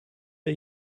wir